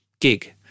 gig